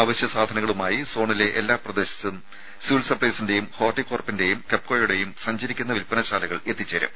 അവശ്യ സാധനങ്ങളുമായി സോണിലെ എല്ലാ പ്രദേശത്തും സിവിൽ സപ്പൈസിന്റെയും ഹോർട്ടി കോർപ്പിന്റെയും കെപ്കോയുടെയും സഞ്ചരിക്കുന്ന വിൽപ്പന ശാലകൾ എത്തിച്ചേരും